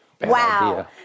Wow